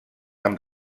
amb